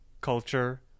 culture